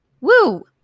Woo